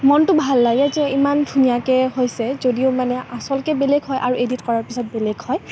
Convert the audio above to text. মনটো ভাল লাগে যে ইমান ধুনীয়াকৈ হৈছে যদিও মানে আচলকৈ বেলেগ হয় আৰু এডিট কৰাৰ পিছত বেলেগ হয়